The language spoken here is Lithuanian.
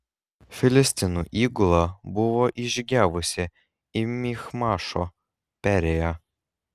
filistinų įgula buvo įžygiavusi į michmašo perėją